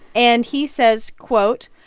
and he says, quote,